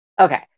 okay